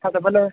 हा त भले